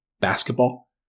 basketball